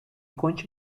conte